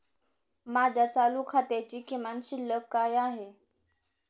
माझ्या चालू खात्याची किमान शिल्लक काय आहे?